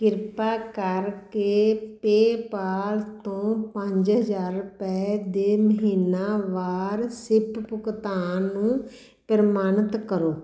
ਕਿਰਪਾ ਕਰਕੇ ਪੇਅਪਾਲ ਤੋਂ ਪੰਜ ਹਜ਼ਾਰ ਰੁਪਏ ਦੇ ਮਹੀਨਾਵਾਰ ਸਿੱਪ ਭੁਗਤਾਨ ਨੂੰ ਪ੍ਰਮਾਣਿਤ ਕਰੋ